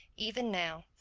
even now.